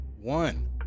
one